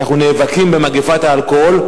שאנחנו נאבקים במגפת האלכוהול.